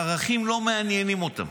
ערכים לא מעניינים אותם.